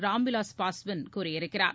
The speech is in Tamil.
ராம்விலாஸ் பாஸ்வான் கூறியிருக்கிறார்